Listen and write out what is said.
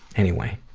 anyway,